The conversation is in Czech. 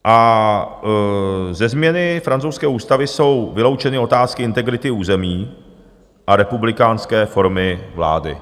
A ze změny francouzské ústavy jsou vyloučeny otázky integrity území a republikánské formy vlády.